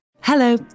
hello